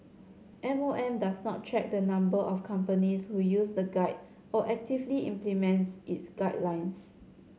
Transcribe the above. M O M does not track the number of companies who use the guide or actively implement its guidelines